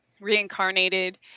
reincarnated